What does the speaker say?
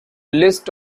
list